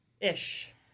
ish